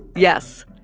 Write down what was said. yes.